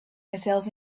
myself